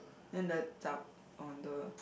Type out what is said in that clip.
then the on the